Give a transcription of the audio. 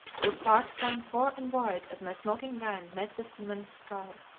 the sparks flying far and wide as my smoking brand met the seaman's skull.